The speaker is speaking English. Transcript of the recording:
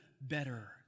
better